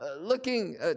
looking